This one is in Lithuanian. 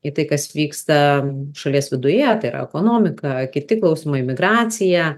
į tai kas vyksta šalies viduje tai yra ekonomika kiti klausimai migracija